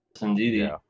Indeed